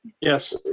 Yes